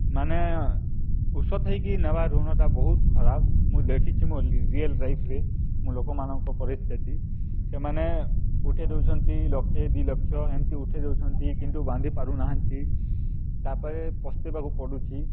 ମାନେ ଉସତ୍ ହୋଇକି ନେବା ଋଣଟା ବହୁତ ଖରାପ ମୁଁ ଦେଖିଛି ମୋ ରିୟଲ୍ ଲାଇଫ୍ରେ ମୋ ଲୋକମାନଙ୍କ ପରିସ୍ଥିତି ସେମାନେ ଉଠେଇ ଦେଉଛନ୍ତି ଲକ୍ଷେ ଦୁଇ ଲକ୍ଷ ଏମିତି ଉଠେଇ ଦେଉଛନ୍ତି କିନ୍ତୁ ବାନ୍ଧି ପାରୁନାହାନ୍ତି ତା'ପରେ ପସ୍ତେଇବାକୁ ପଡ଼ୁଛି